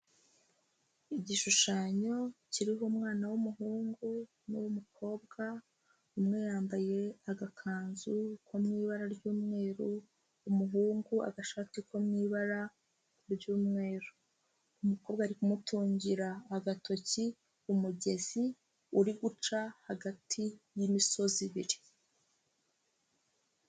Igishushanyo kiriho umwana w'umuhungu n'umukobwa, umwe yambaye agakanzu ko mu ibara ry'umweru, umuhungu agashati ko mubara ry'umweru. Umukobwa ari kumutungira agatoki umugezi uri guca hagati y'imisozi ibiri.